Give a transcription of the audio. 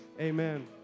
Amen